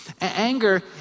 Anger